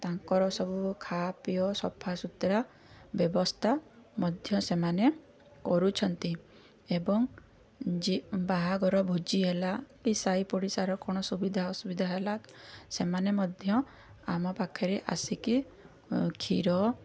ତାଙ୍କର ସବୁ ଖାପିଅ ସଫାସୁତୁରା ବ୍ୟବସ୍ଥା ମଧ୍ୟ ସେମାନେ କରୁଛନ୍ତି ଏବଂ ଯେ ବାହାଘର ଭୋଜି ହେଲା କି ସାଇପଡ଼ିଶାର କ'ଣ ସୁବିଧା ଅସୁବିଧା ହେଲା ସେମାନେ ମଧ୍ୟ ଆମ ପାଖରେ ଆସିକି କ୍ଷୀର